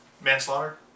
Manslaughter